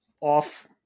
off